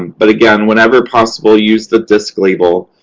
but again, whenever possible, use the disc label.